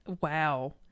wow